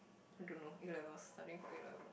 I don't know A-levels studying for A-levels